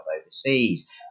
overseas